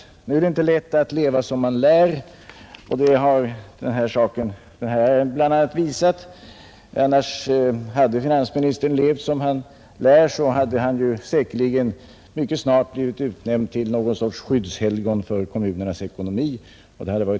Nu är det inte lätt att leva som man lär, vilket bl.a. framgår av denna frågas handläggning. Om finansministern gjorde det, skulle han säkerligen snart bli utnämnd till något slags skyddshelgon för kommunernas ekonomi.